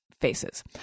faces